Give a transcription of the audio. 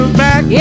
back